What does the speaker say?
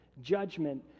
judgment